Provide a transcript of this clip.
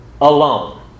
alone